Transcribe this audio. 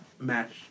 match